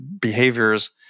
behaviors